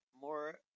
More